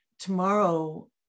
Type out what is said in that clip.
Tomorrow